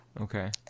Okay